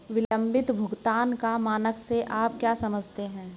विलंबित भुगतान का मानक से आप क्या समझते हैं?